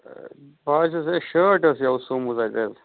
بہٕ حظ چھُس ہے شٲرٹ ٲسۍ یَوٕ سوٗمٕژ اَتہِ حظ